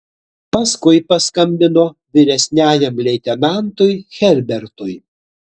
paskui paskambino vyresniajam leitenantui herbertui